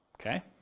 okay